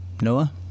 noah